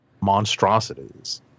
monstrosities